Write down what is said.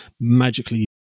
magically